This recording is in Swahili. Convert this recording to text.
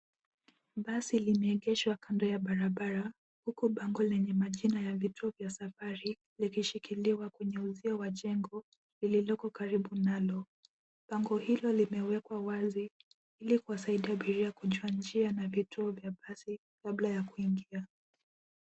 Basi limeegeshwa kando ya barabara huku bango lenye majina ya vituo vya safari likishikiliwa kwenye uzio wa jengo lililoko karibu nalo. Bango hilo limewekwa wazi ili kuwasaidia abiria kujua njia na vituo vya basi kabla ya kuingia.